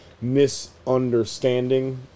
misunderstanding